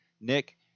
Nick